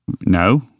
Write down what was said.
no